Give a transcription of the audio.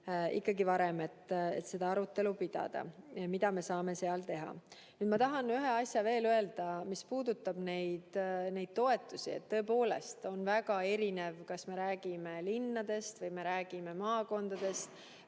ikkagi varem, tahame arutelu pidada, mida me saame teha. Nüüd, ma tahan ühe asja veel öelda, mis puudutab neid toetusi. Tõepoolest on väga erinev, kas me räägime linnadest või me räägime maakondadest.